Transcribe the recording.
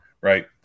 right